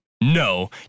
No